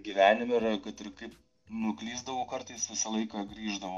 gyvenime kad ir kaip nuklysdavau kartais visą laiką grįždavau